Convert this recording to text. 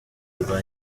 rwa